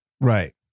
Right